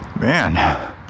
man